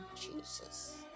jesus